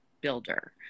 builder